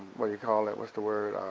what do you call it, what's the word